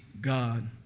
God